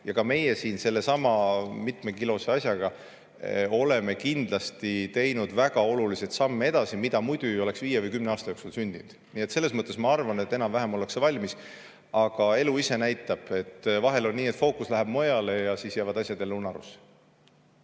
kui ka meie siin sellesama mitmekilose asjaga kindlasti teinud väga olulisi samme edasi, mida muidu ei oleks viie või kümne aasta jooksul sündinud. Nii et selles mõttes ma arvan, et enam-vähem ollakse valmis, aga elu ise näitab. Vahel on nii, et fookus läheb mujale ja siis jäävad asjad jälle unarusse.